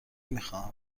میخواهم